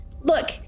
Look